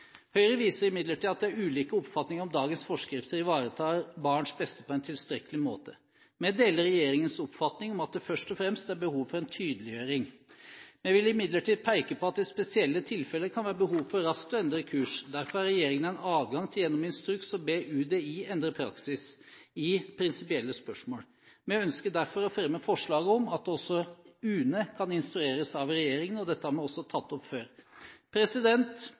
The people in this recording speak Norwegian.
Høyre viser imidlertid til at det er ulike oppfatninger av om dagens forskrifter ivaretar barns beste på en tilstrekkelig god måte. Vi deler regjeringens oppfatning om at det først og fremst er behov for en tydeliggjøring. Vi vil imidlertid peke på at det i spesielle tilfeller kan være behov for raskt å endre kurs. Derfor har regjeringen en adgang til gjennom instruks å be UDI endre praksis i prinsipielle spørsmål. Vi ønsker derfor å fremme forslag om at også UNE kan instrueres av regjeringen. Dette har vi også tatt opp før.